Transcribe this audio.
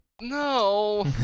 No